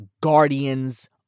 Guardians